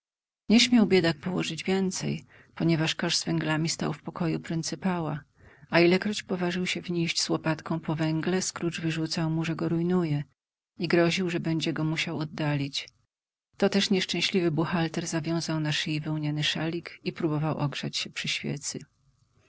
nie śmiał biedak położyć więcej ponieważ kosz z węglami stał w pokoju pryncypała a ilekroć poważył się wnijść z łopatką po węgle scrooge wyrzucał mu że go rujnuje i groził że będzie go musiał oddalić to też nieszczęśliwy buchalter zawiązał na szyi wełniany szalik i próbował ogrzać się przy świecy